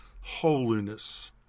holiness